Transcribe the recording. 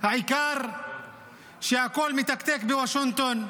העיקר שהכול מתקתק בוושינגטון,